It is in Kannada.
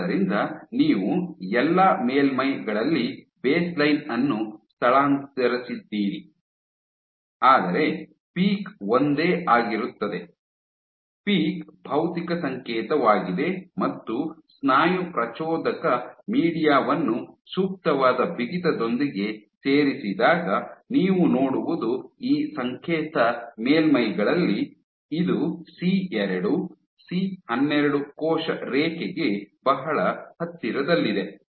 ಆದ್ದರಿಂದ ನೀವು ಎಲ್ಲಾ ಮೇಲ್ಮೈಗಳಲ್ಲಿ ಬೇಸ್ಲೈನ್ ಅನ್ನು ಸ್ಥಳಾಂತರಿಸಿದ್ದೀರಿ ಆದರೆ ಪೀಕ್ ಒಂದೇ ಆಗಿರುತ್ತದೆ ಪೀಕ್ ಭೌತಿಕ ಸಂಕೇತವಾಗಿದೆ ಮತ್ತು ಸ್ನಾಯು ಪ್ರಚೋದಕ ಮೀಡಿಯಾ ವನ್ನು ಸೂಕ್ತವಾದ ಬಿಗಿತದೊಂದಿಗೆ ಸೇರಿಸಿದಾಗ ನೀವು ನೋಡುವುದು ಈ ಸಂಕೇತ ಮೇಲ್ಮೈಗಳಲ್ಲಿ ಇದು ಸಿ2 ಸಿ12 ಕೋಶ ರೇಖೆಗೆ ಬಹಳ ಹತ್ತಿರದಲ್ಲಿದೆ